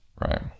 right